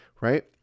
right